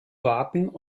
waten